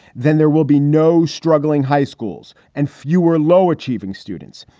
then there will be no struggling high schools and fewer low achieving students.